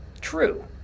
true